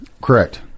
Correct